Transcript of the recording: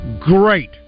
great